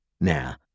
Now